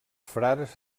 frares